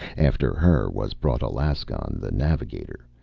after her was brought alaskon the navigator,